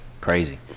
Crazy